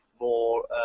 more